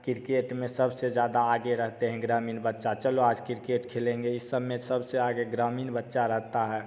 cricket में सबसे ज्यादा आगे रहते हैं ग्रामीण बच्चा चलो आज किरकेट खेलेंगे इस समय सबसे आगे ग्रामीण बच्चा रहता है